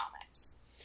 comics